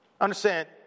Understand